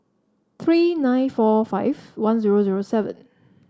three nine four five one zero zero seven